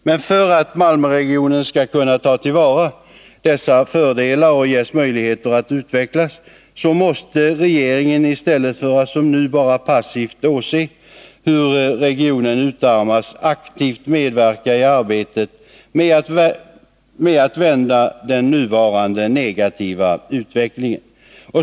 Men för att Malmöregionen skall kunna ta till vara dessa fördelar och ges möjligheter att utvecklas måste regeringen, i stället för att som nu bara passivt åse hur regionen utarmas, aktivt medverka i arbetet med att vända den nuvarande negativa utvecklingen.